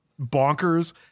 bonkers